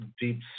deep